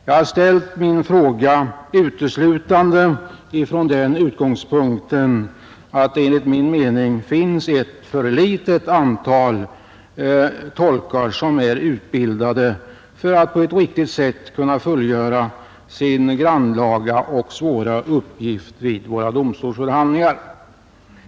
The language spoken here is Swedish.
Jag har ställt min fråga uteslutande från den utgångspunkten att det enligt min mening finns ett för litet antal tolkar som är utbildade för att på ett riktigt sätt kunna fullgöra sin grannlaga och svåra uppgift vid domstolsförhandlingar.